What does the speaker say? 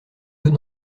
deux